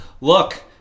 Look